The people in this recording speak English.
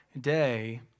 day